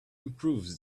improves